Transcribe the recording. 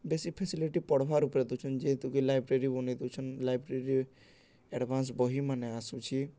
ବେଶୀ ଫେସିଲିଟି ପଢ଼ବାର୍ ଉପରେ ଦଉଛନ୍ ଯେହେତୁକି ଲାଇବ୍ରେରୀ ବନାଇ ଦଉଛନ୍ ଲାଇବ୍ରେରୀ ଏଡ଼ଭାନ୍ସ ବହି ମାନେ ଆସୁଛି